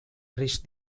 risc